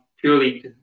purely